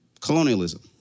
colonialism